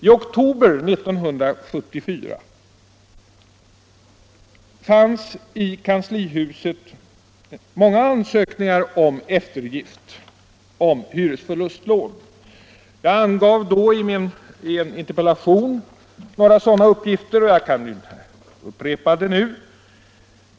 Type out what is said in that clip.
I oktober 1974 låg i kanslihuset många ansökningar om eftergift av hyresförlustlån. Jag lämnade i en interpellation några uppgifter om det, och jag kan upprepa dem nu.